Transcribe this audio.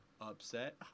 upset